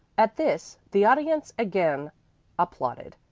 at this the audience again applauded,